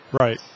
Right